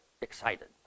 excited